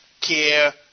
care